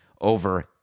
over